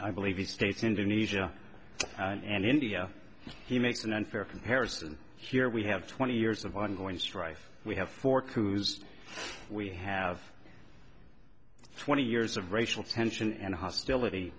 i believe the states indonesia and india he makes an unfair comparison here we have twenty years of ongoing strife we have four coups we have twenty years of racial tension and hostility